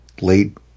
late